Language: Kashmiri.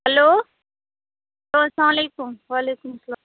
ہیلو ہیلو اسلام علیکُم وعلیکُم سلام